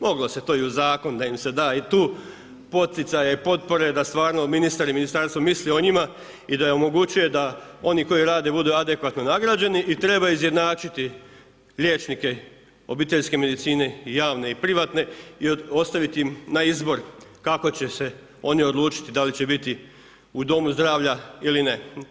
Moglo se je to i u zakon, da im se da i tu poticaje i potpore, da stvarno ministar i ministarstvo misle o njima i da im omogućuje da oni koji rade budu adekvatno nagrađeni i treba izjednačiti liječnike obiteljske medicine i javne i privatne i ostaviti im na izbor, kako će se oni odlučiti da li će biti u domu zdravlja ili ne.